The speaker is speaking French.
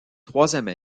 troisième